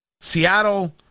Seattle